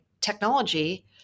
technology